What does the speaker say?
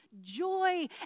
joy